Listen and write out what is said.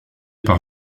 par